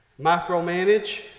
micromanage